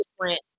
different